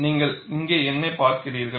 நீங்கள் இங்கே என்ன பார்க்கிறீர்கள்